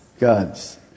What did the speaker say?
God's